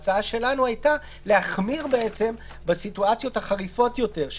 ההצעה שלנו הייתה להחמיר בסיטואציות החריפות יותר,